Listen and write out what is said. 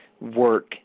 work